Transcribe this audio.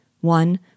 One